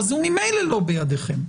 הוא ממילא לא בידכם.